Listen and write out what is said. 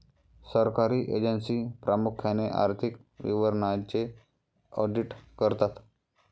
सरकारी एजन्सी प्रामुख्याने आर्थिक विवरणांचे ऑडिट करतात